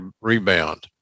rebound